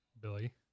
Billy